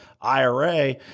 IRA